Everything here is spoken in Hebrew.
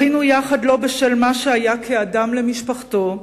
בכינו יחד, לא בשל מה שהיה כאדם, למשפחתו,